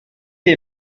est